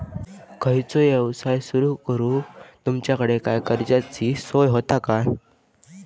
खयचो यवसाय सुरू करूक तुमच्याकडे काय कर्जाची सोय होता काय?